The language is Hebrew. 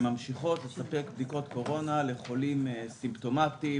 והן ממשיכות לספק בדיקות קורונה לחולים סימפטומטיים,